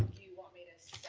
you want me to